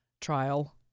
trial